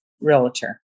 realtor